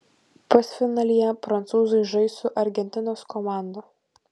pusfinalyje prancūzai žais su argentinos komanda